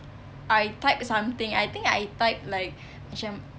I type something I think I type like macam